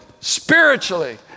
spiritually